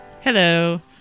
Hello